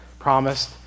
promised